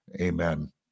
Amen